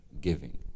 Giving